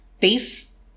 taste